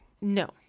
no